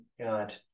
God